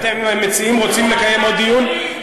אם אתם המציעים רוצים לקיים עוד דיון,